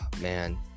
man